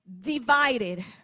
divided